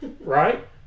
Right